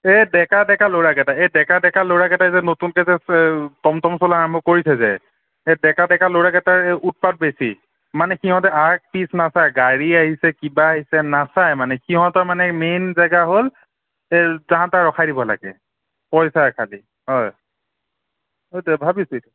এই ডেকা ডেকা ল'ৰাকেইটা এই ডেকা ডেকা ল'ৰাকেইটাই যে নতুনকৈ যে টমটম চলোৱা আৰম্ভ কৰিছে যে সেই ডেকা ডেকা ল'ৰাকেইটাৰে উৎপাত বেছি মানে সিহঁতে আগ পিছ নাচায় গাড়ী আহিছে কিবা আহিছে নাচায় মানে সিহঁতৰ মানে মেইন জেগা হ'ল যাহা তাহা ৰখাই দিব লাগে পইচা খালী হয় ভাবিছোঁ এইটো